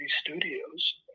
studios